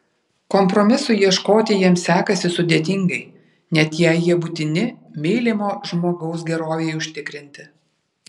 kompromisų ieškoti jiems sekasi sudėtingai net jei jie būtini mylimo žmogaus gerovei užtikrinti